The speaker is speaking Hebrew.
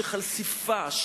של חשיפה,